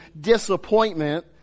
disappointment